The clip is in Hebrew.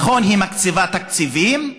נכון, היא מקציבה תקציבים,